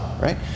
right